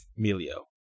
Melio